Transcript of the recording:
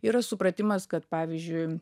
yra supratimas kad pavyzdžiui